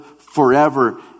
forever